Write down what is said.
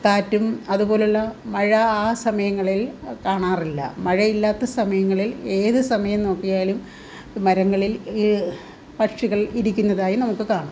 കാറ്റും അതുപോലെയുള്ള മഴ ആ സമയങ്ങളിൽ കാണാറില്ല മഴയില്ലാത്ത സമയങ്ങളിൽ ഏതു സമയം നോക്കിയാലും മരങ്ങളിൽ ഏ പക്ഷികൾ ഇരിക്കുന്നതായി നമുക്ക് കാണാം